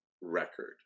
record